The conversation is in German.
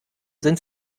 sind